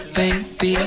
baby